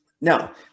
Now